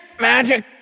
magic